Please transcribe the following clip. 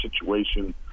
situation